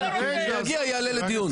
יגיע ויעלה לדיון.